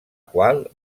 qual